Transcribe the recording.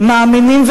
מאמינים,